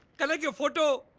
kanak, your photo